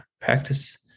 practice